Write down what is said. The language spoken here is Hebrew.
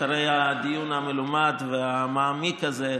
אחרי הדיון המלומד והמעמיק הזה,